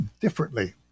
differently